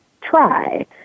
try